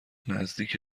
نزدیک